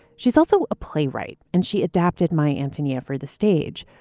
she's also a playwright. and she adapted my antonia for the stage.